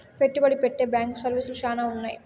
పెట్టుబడి పెట్టే బ్యాంకు సర్వీసులు శ్యానా ఉన్నాయి